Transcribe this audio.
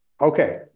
Okay